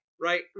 Right